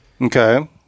Okay